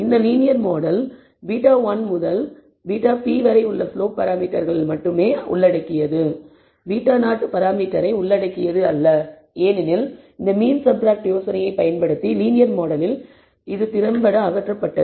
இந்த linear model β1 முதல் βp வரை உள்ள ஸ்லோப் பராமீட்டர்களை மட்டுமே உள்ளடக்கியது β0 பராமீட்டரை உள்ளடக்கியது அல்ல ஏனெனில் இந்த மீன் சப்ராக்ட் யோசனையைப் பயன்படுத்தி லீனியர் மாடலில் இருந்து திறம்பட அகற்றப்பட்டது